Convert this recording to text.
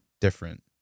different